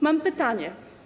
Mam pytanie.